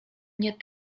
nie